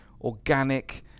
organic